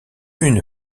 une